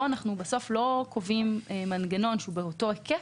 פה אנחנו לא קובעים מנגנון שהוא באותו היקף,